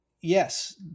yes